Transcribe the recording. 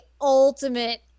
ultimate